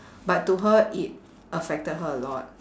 but to her it affected her a lot